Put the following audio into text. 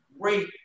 great